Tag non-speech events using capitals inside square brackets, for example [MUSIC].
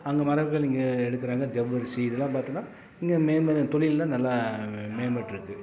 அங்கே மர கிழங்கு எடுக்கிறாங்க ஜவ்வரிசி இதெல்லாம் பார்த்தன்னா இங்கே [UNINTELLIGIBLE] தொழில்லாம் நல்லா மேம்பட்டுருக்கு